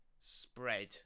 spread